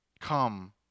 come